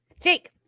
jake